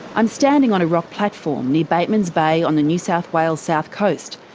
i'm standing on a rock platform near batemans bay on the new south wales south coast.